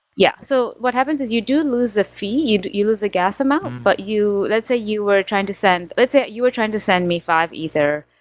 yeah. so what happens is you do lose a fee. you you lose a gas amount, but let's say you were trying to send let's say you were trying to send me five ether,